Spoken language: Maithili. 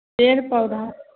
पेर पौधा